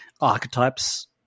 archetypes